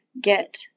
get